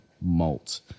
malt